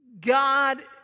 God